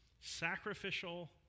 sacrificial